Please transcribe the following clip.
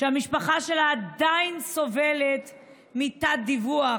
שהמשפחה שלה עדיין סובלת מתת-דיווח